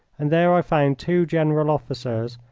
and there i found two general officers,